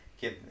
give